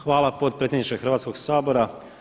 Hvala potpredsjedniče Hrvatskoga sabora.